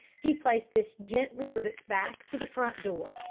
he placed this gently with its back to the front door,